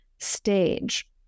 stage